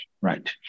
right